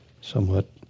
somewhat